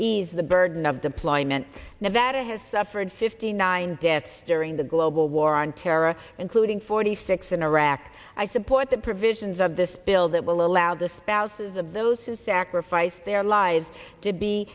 ease the burden of deployment nevada has suffered fifty nine deaths during the global war on terror including forty six in iraq i support the provisions of this bill that will allow the spouses of those who sacrificed their lives to be